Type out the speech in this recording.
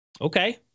Okay